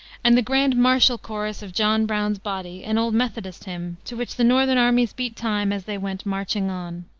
and the grand martial chorus of john brown's body, an old methodist hymn, to which the northern armies beat time as they went marching on.